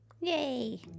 Yay